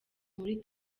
muri